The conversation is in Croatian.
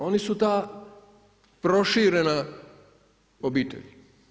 Oni su ta proširena obitelj.